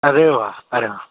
अरे वा अरे वा